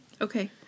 Okay